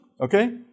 okay